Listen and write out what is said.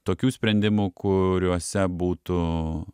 tokių sprendimų kuriuose būtų